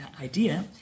idea